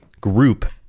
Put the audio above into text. group